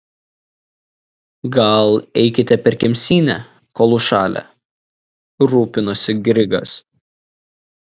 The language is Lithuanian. gal eikit per kemsynę kol užšalę rūpinosi grigas